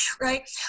right